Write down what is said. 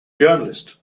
journalist